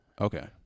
Okay